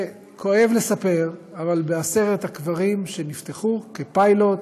כואב לספר, אבל בעשרת הקברים שנפתחו כפיילוט,